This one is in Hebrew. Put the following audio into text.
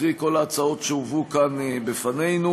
קרי כל ההצעות שהובאו כאן בפנינו.